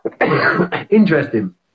Interesting